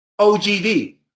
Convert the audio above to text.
OGV